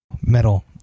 metal